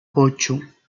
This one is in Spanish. ocho